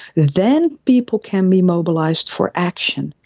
then people can be mobilised for action.